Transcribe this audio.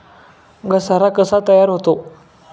घसारा कसा तयार होतो?